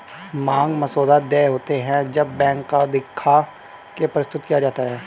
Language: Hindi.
मांग मसौदा देय होते हैं जब बैंक को दिखा के प्रस्तुत किया जाता है